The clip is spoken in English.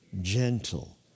gentle